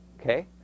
Okay